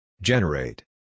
Generate